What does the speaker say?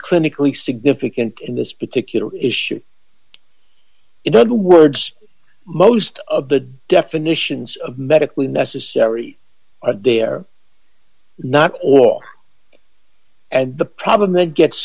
clinically significant in this particular issue in other words most of the definitions of medically necessary are there not all and the problem it gets